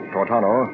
Tortano